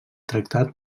tractat